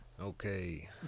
Okay